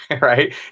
Right